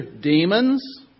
demons